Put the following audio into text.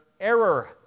error